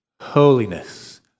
holiness